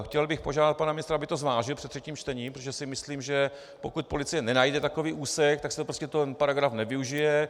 Chtěl bych požádat pana ministra, aby to zvážil před třetím čtením, protože si myslím, že pokud policie nenajde takový úsek, tak se prostě ten paragraf nevyužije.